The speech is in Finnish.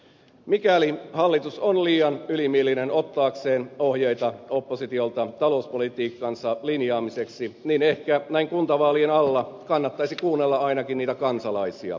mikäli hallitus on liian ylimielinen ottaakseen ohjeita oppositiolta talouspolitiikkansa linjaamiseksi niin ehkä näin kuntavaalien alla kannattaisi kuunnella ainakin niitä kansalaisia